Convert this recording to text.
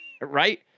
Right